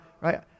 right